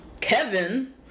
Kevin